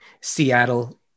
seattle